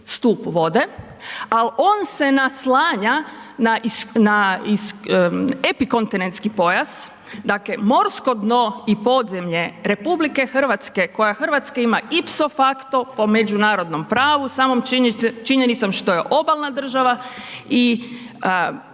stup vode, al on se naslanja na epikontinentski pojas, dakle morsko dno i podzemlje RH koja Hrvatska ima ipso facto po međunarodnom pravu samom činjenicom što je obalna država i